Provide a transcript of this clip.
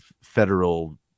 federal